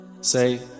Say